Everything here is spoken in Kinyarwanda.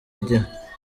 igihe